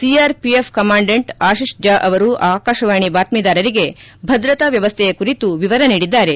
CRPF commandant Ashish Jha ಅವರು ಆಕಾಶವಾಣಿ ಬಾತ್ಸೀದಾರರಿಗೆ ಭದ್ರತಾ ವ್ಲವಸ್ಥೆಯ ಕುರಿತು ವಿವರ ನೀಡಿದ್ದಾರೆ